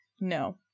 No